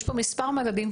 יש פה מספר מדדים.